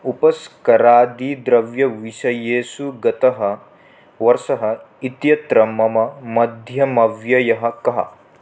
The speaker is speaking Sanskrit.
उपस्करादिद्रव्यविषयेषु गतः वर्षः इत्यत्र मम मध्यमव्ययः कः